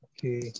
Okay